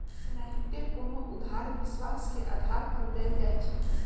एनाहिते कोनो उधार विश्वास के आधार पर देल जाइ छइ